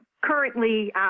currently